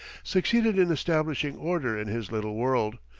succeeded in establishing order in his little world.